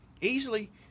easily